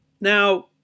now